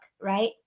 right